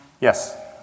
Yes